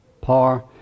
par